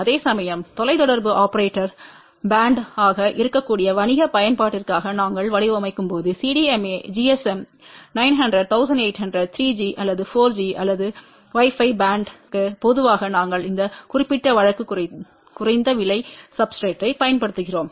அதேசமயம் தொலைதொடர்பு operator band வாக இருக்கக்கூடிய வணிக பயன்பாட்டிற்காக நாங்கள் வடிவமைக்கும்போது CDMA GSM 900 1800 3 G அல்லது 4 G அல்லது வைஃபை பேண்ட் வுக்கு பொதுவாக நாங்கள் அந்த குறிப்பிட்ட வழக்கு குறைந்த விலை சப்ஸ்டிரேட்றைப் பயன்படுத்துகிறோம்